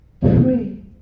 pray